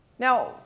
Now